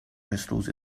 crystals